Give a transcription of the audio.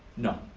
no.